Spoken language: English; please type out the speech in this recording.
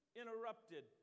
interrupted